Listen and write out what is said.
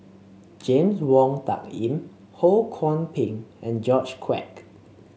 James Wong Tuck Yim Ho Kwon Ping and George Quek